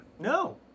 No